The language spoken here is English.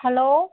hello